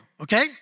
Okay